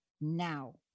now